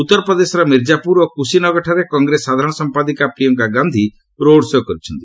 ଉତ୍ତର ପ୍ରଦେଶର ମିର୍ଜାପୁର ଓ କୁଶିନଗରଠାରେ କଂଗ୍ରେସ ସାଧାରଣ ସମ୍ପାଦିକା ପ୍ରିୟଙ୍କା ଗାନ୍ଧି ରୋଡ୍ ଶୋ' କରିଛନ୍ତି